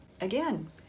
Again